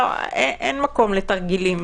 אין מקום לתרגילים.